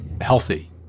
healthy